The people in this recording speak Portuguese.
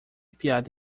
piada